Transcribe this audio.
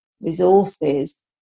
resources